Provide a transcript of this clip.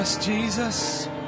Jesus